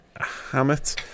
Hammett